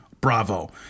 Bravo